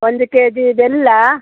ಒಂದು K G ಬೆಲ್ಲ